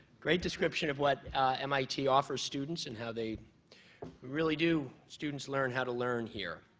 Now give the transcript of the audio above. great description of what mit offers students and how they really do. students learn how to learn here.